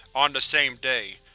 on the same day.